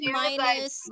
minus